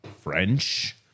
French